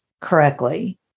correctly